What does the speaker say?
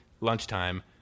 Lunchtime